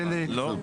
הדלק.